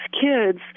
kids